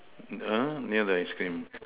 uh near the ice cream